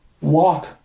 Walk